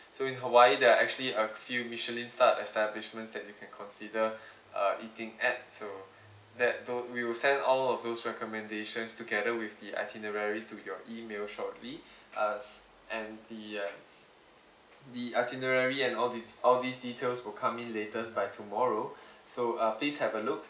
so in hawaii there are actually a few michelin starred establishments that you can consider uh eating at so that tho~ we will send all of those recommendations together with the itinerary to your email shortly uh and the uh the itinerary and all the~ all these details will come in latest by tomorrow so uh please have a look